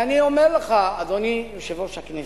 ואני אומר לך, אדוני יושב-ראש הכנסת,